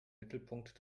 mittelpunkt